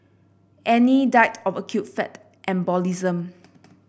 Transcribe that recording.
Annie died of acute fat embolism